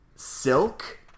Silk